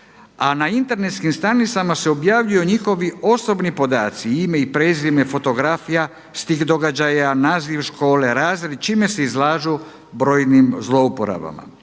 a na internetskim stranicama se objavljuju njihovi osobni podaci, ime i prezime, fotografija s tih događaja, naziv škole, razred čime se izlažu brojnim zlouporabama.